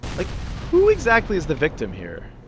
like, who exactly is the victim here?